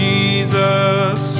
Jesus